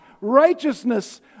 righteousness